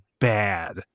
bad